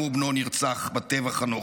בנו נרצח בטבח הנורא.